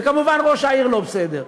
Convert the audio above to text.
וכמובן ראש העיר לא בסדר.